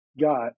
got